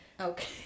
Okay